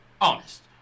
honest